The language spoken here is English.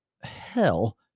hell